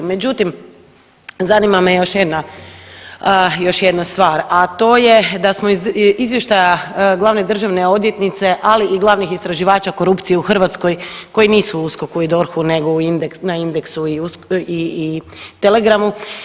Međutim, zanima me još jedna, još jedna stvar, a to je da smo iz izvještaja glavne državne odvjetnice, ali i glavnih istraživača korupcije u Hrvatskoj koji nisu u USKOK-u i DORH-u nego na Indexu i Telegramu.